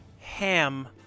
ham